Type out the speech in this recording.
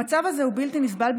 המצב הזה הוא בלתי נסבל,